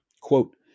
Quote